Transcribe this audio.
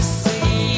see